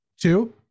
two